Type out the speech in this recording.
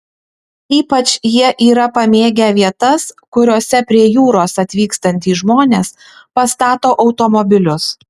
ypač jie yra pamėgę vietas kuriose prie jūros atvykstantys žmones pastato automobilius